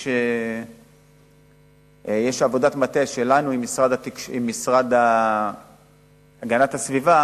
יש עבודת מטה שלנו עם המשרד להגנת הסביבה